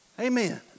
Amen